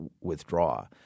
withdraw